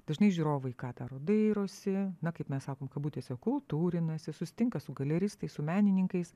dažnai žiūrovai ką daro dairosi na kaip mes sakom kabutėse kultūrinasi susitinka su galeristais su menininkais